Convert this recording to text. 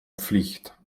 pflicht